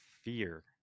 fear